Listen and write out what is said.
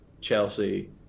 Chelsea